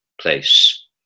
place